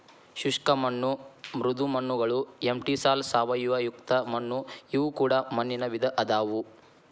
ಶುಷ್ಕ ಮಣ್ಣು ಮೃದು ಮಣ್ಣುಗಳು ಎಂಟಿಸಾಲ್ ಸಾವಯವಯುಕ್ತ ಮಣ್ಣು ಇವು ಕೂಡ ಮಣ್ಣಿನ ವಿಧ ಅದಾವು